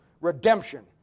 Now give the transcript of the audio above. redemption